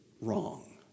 wrong